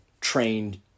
trained